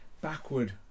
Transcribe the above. backward